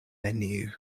menu